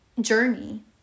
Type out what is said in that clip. journey